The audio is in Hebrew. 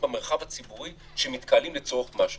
במרחב הציבורי שמתקהלים לצורך משהו.